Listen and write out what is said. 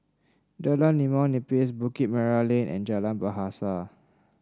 Jalan Limau Nipis Bukit Merah Lane and Jalan Bahasa